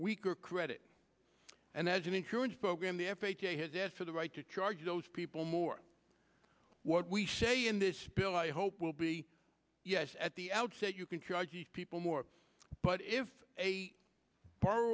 weaker credit and as an insurance program the f h a has asked for the right to charge those people more what we say in this bill i hope will be yes at the outset you can charge people more but if a par